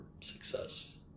success